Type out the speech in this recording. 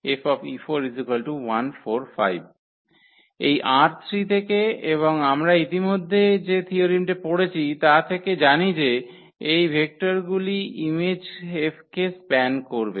সুতরাং এই ℝ3 থেকে এবং আমরা ইতিমধ্যেই যে থিয়োরেমটি পড়েছি তা থেকে জানি যে এই ভেক্টরগুলি ইমেজ 𝐹 কে স্প্যান করবে